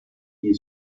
die